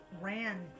ran